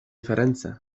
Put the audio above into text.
فرنسا